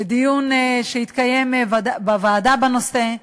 לדיון שיתקיים בוועדה בנושא.